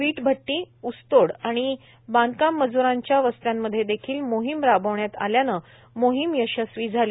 वीट भट्टी ऊसतोड आणि बांधकाम मज्रांच्या वस्त्यांमध्ये देखील मोहीम राबविण्यात आल्याने मोहीम यशस्वी झाली